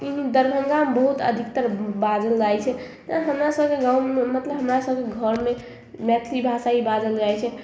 दरभङ्गामे बहुत अधिकतर बाजल जाइ छै जेना हमरासभके गाममे मतलब हमरासभके घरमे मैथिली भाषा ही बाजल जाइ छै